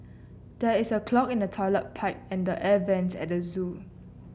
there is a clog in the toilet pipe and the air vents at the zoo